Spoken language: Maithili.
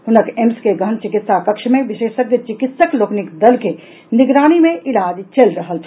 हुनक एम्स के गहन चिकित्सा कक्ष मे विशेषज्ञ चिकित्सक लोकनिक दल के निगरानी मे इलाज चलि रहल छल